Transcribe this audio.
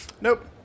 nope